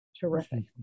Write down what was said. terrific